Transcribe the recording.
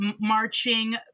Marching